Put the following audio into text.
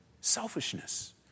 Selfishness